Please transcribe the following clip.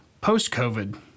post-COVID